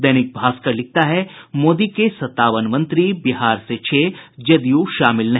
दैनिक भास्कर लिखता है मोदी के सत्तावन मंत्री बिहार से छह जदयू शामिल नहीं